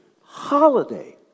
holiday